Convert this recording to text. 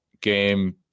game